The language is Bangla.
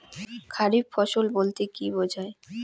খারিফ ফসল বলতে কী বোঝায়?